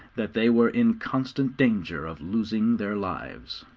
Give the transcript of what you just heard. that they were in constant danger of losing their lives.